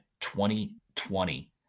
2020